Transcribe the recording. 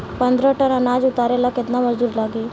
पन्द्रह टन अनाज उतारे ला केतना मजदूर लागी?